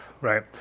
Right